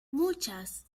muchas